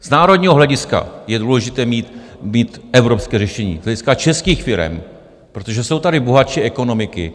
Z národního hlediska je důležité mít evropské řešení, z hlediska českých firem, protože jsou tady bohatší ekonomiky.